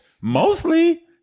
mostly